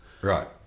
Right